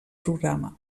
programa